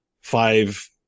five